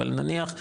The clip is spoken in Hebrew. אבל נניח,